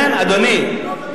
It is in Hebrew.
כן, אדוני.